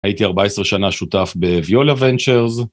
הייתי 14 שנה שותף ב-Viola Ventures.